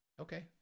okay